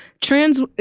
trans